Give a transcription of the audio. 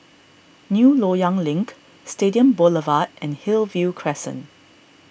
New Loyang Link Stadium Boulevard and Hillview Crescent